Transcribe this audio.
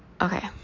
okay